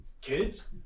kids